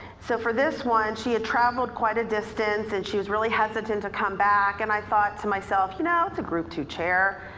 so for this one she had traveled quite a distance and she was really hesitant to come back and i thought to myself, you know, it's a group two chair.